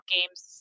Games